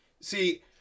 see